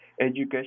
Education